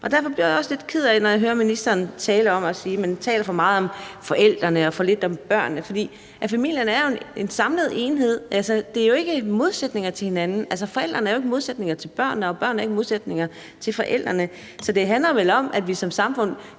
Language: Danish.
Derfor bliver jeg også lidt ked af det, når jeg hører ministeren sige, at man taler for meget om forældrene og for lidt om børnene, for familierne er jo en samlet enhed. De er ikke modsætninger til hinanden. Altså, forældrene er jo ikke modsætninger til børnene, og børnene er ikke modsætninger til forældrene. Så det handler vel om, at vi som samfund